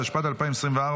התשפ"ד 2024,